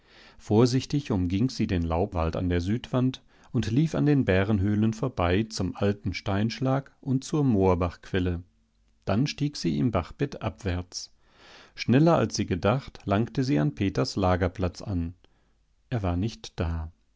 vorsichtig umging sie den laubwald an der südwand und lief an den bärenhöhlen vorbei zum alten steinschlag und zur moorbachquelle dann stieg sie im bachbett abwärts schneller als sie gedacht langte sie an peters lagerplatz an er war nicht da